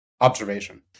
observation